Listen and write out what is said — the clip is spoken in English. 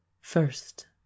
First